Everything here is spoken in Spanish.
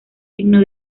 signo